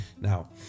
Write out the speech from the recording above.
now